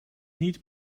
niet